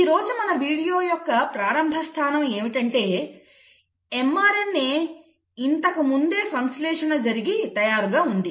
ఈరోజు మన వీడియో యొక్క ప్రారంభ స్థానం ఏమిటంటే mRNA ఇంతకుముందే సంశ్లేషణ జరిగి తయారుగా ఉంది